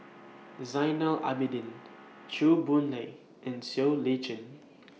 Zainal Abidin Chew Boon Lay and Siow Lee Chin